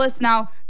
Now